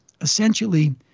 essentially